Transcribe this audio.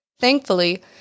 Thankfully